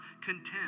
content